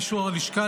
באישור הלשכה,